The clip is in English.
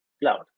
cloud